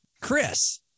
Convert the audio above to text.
Chris